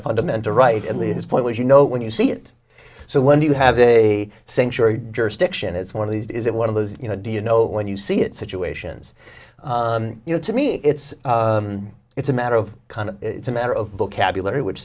a fundamental right in the his point was you know when you see it so when you have a sanctuary jurisdiction it's one of these is it one of those you know do you know when you see it situations you know to me it's it's a matter of kind of it's a matter of vocabulary which